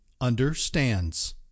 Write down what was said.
understands